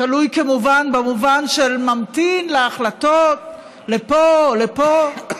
תלוי, כמובן, במובן של ממתין להחלטות לפה או לפה.